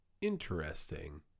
Interesting